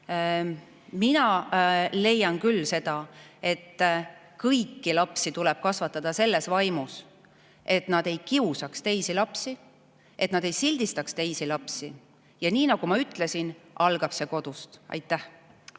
Mina leian küll, et kõiki lapsi tuleb kasvatada selles vaimus, et nad ei kiusaks teisi lapsi, et nad ei sildistaks teisi lapsi. Ja nii nagu ma ütlesin, algab see kodust. Aitäh